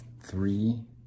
three